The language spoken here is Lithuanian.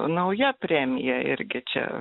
nauja premija irgi čia